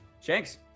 Shanks